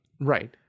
Right